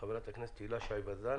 חברת הכנסת הילה שי ואזן,